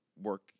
Work